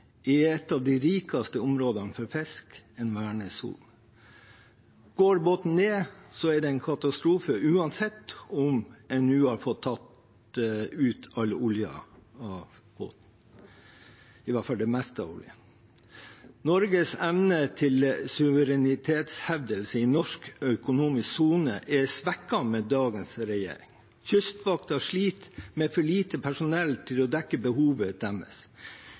i et av de rikeste områdene for fisk, i en vernesone. Går båten ned, er det en katastrofe, uansett om en har fått tatt ut all oljen av båten, i hvert fall det meste av oljen. Norges evne til suverenitetshevdelse i norsk økonomisk sone er svekket med dagens regjering. Kystvakten sliter med for lite personell til å dekke behovet